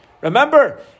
Remember